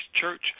Church